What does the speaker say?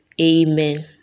amen